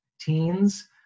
teens